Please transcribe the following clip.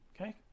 Okay